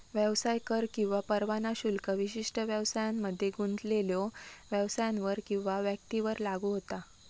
व्यवसाय कर किंवा परवाना शुल्क विशिष्ट व्यवसायांमध्ये गुंतलेल्यो व्यवसायांवर किंवा व्यक्तींवर लागू होता